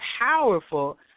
powerful